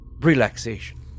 relaxation